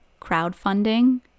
crowdfunding